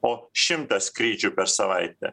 o šimtą skrydžių per savaitę